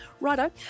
Righto